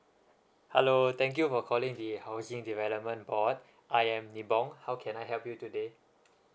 hello thank you for calling the housing development board I am nibong how can I help you today